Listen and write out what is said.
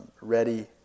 ready